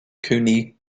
cooney